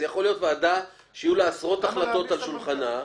זאת יכולה להיות ועדה שיהיו לה עשרות החלטות על שולחנה.